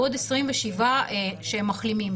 ועוד 27 שהם מחלימים,